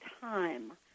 time